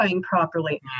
properly